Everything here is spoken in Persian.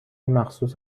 مخصوص